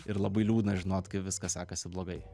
ir labai liūdna žinot kai viskas sekasi blogai